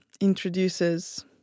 introduces